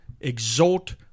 exhort